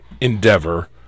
endeavor